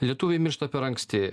lietuviai miršta per anksti